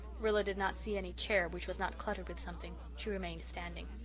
rilla did not see any chair which was not cluttered with something. she remained standing.